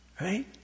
Right